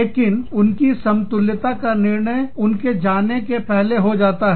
लेकिन उनकी समतुल्यता का निर्णय उनके जाने के पहले हो जाता है